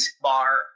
bar